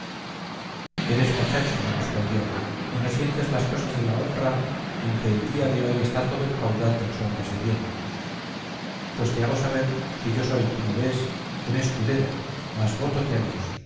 eres mochacho me respondió y no sientes las cosas de la honra en que el día de hoy está todo el caudal de los hombres de bien pues te hago saber que yo soy como vees un escudero mas vótote a dios